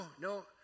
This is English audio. no